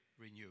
renew